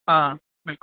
हां बिलकुल